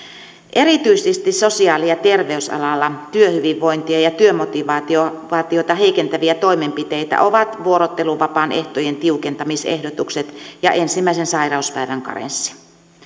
erityisesti sosiaali ja terveysalalla työhyvinvointia ja työmotivaatiota heikentäviä toimenpiteitä ovat vuorotteluvapaan ehtojen tiukentamisehdotukset ja ensimmäisen sairauspäivän karenssi